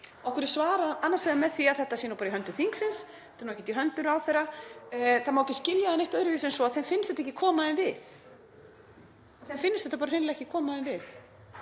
Okkur er svarað annars vegar með því að þetta sé nú bara í höndum þingsins, þetta sé nú ekkert í höndum ráðherra. Það má ekki skilja það neitt öðruvísi en svo að þeim finnist þetta ekki koma þeim við, þeim finnist þetta bara hreinlega ekki koma þeim við.